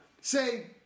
say